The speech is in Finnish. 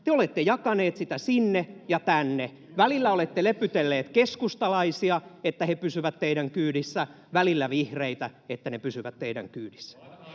Te olette jakaneet sitä sinne ja tänne. [Antti Lindtmanin välihuuto] Välillä olette lepytelleet keskustalaisia, jotta he pysyvät teidän kyydissänne, välillä vihreitä, jotta he pysyvät teidän kyydissänne.